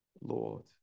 Lord